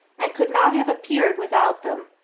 and could not have appeared without them.